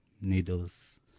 needles